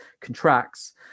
contracts